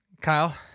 Kyle